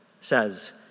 says